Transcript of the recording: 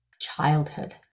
childhood